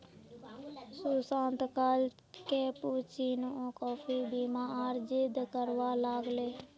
सुशांत कल cappuccino coffee पीबार जिद्द करवा लाग ले